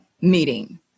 meeting